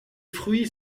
fruits